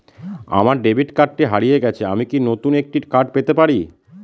আমার ডেবিট কার্ডটি হারিয়ে গেছে আমি কি নতুন একটি কার্ড পেতে পারি?